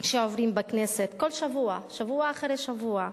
שעוברים בכנסת כל שבוע, שבוע אחרי שבוע,